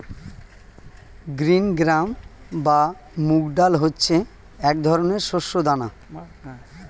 green gram বা মুগ ডাল হচ্ছে এক ধরনের শস্য দানা